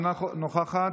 אינה נוכחת,